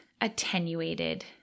attenuated